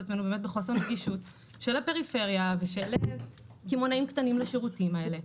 עצמנו בחוסר נגישות של הפריפריה ושל קמעונאים פרטיים לשירותים האלה.